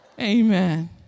Amen